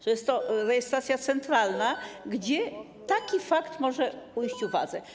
że jest to rejestracja centralna, gdzie taki fakt może ujść uwadze.